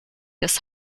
des